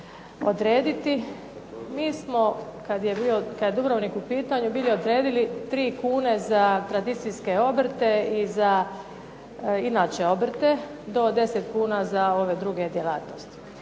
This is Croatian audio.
odrediti. Mi smo kada je Dubrovnik u pitanju bili odredili 3 kune za tranzicijske obrte i inače za obrte, do 10 kuna za ove druge djelatnosti.